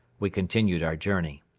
we continued our journey.